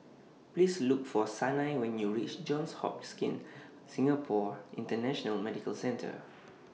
Please Look For Sanai when YOU REACH Johns Hopkins Singapore International Medical Centre